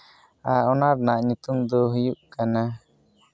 ᱟᱨ ᱚᱱᱟ ᱨᱮᱭᱟᱜ ᱧᱩᱛᱩᱢ ᱫᱚ ᱦᱩᱭᱩᱜ ᱠᱟᱱᱟ